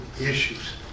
issues